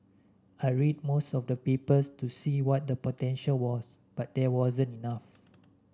I read most of the papers to see what the potential was but there wasn't enough